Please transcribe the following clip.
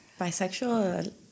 bisexual